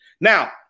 Now